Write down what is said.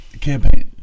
campaign